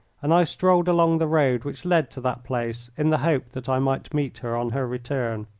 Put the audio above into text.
and i strolled along the road which led to that place in the hope that i might meet her on her return.